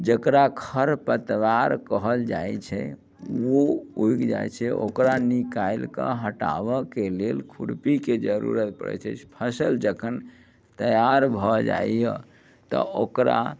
जेकरा खर पतवार कहल जाइत छै ओ उगि जाइत छै ओकरा निकालि कऽ हटाबऽ के लेल खुरपीके जरूरत पड़ैत छै फसल जखन तैआर भऽ जाइया तऽ ओकरा